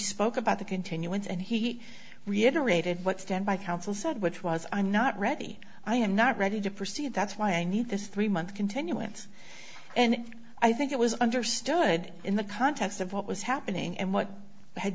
about the continuance and he reiterated what standby counsel said which was i'm not ready i am not ready to proceed that's why i need this three month continuance and i think it was understood in the context of what was happening and what had